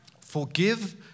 Forgive